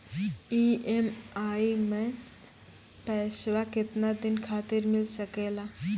EMI मैं पैसवा केतना दिन खातिर मिल सके ला?